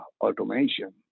automation